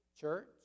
church